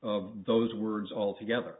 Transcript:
of those words all together